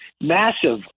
massive